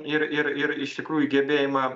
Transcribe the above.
ir ir ir iš tikrųjų gebėjimą